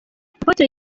apotre